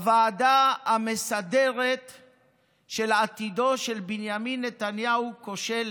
הוועדה המסדרת של עתידו של בנימין נתניהו כושלת.